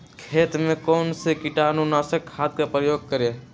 खेत में कौन से कीटाणु नाशक खाद का प्रयोग करें?